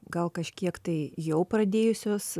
gal kažkiek tai jau pradėjusios